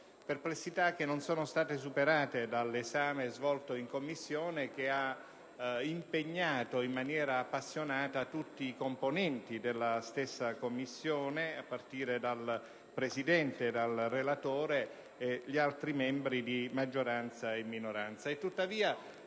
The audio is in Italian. nel metodo, che non sono state superate dall'esame svolto in Commissione; esame che ha impegnato in maniera appassionata tutti i componenti della stessa Commissione, dal Presidente al relatore, agli altri membri di maggioranza e minoranza.